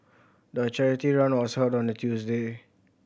the charity run was held on a Tuesday